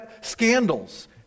scandals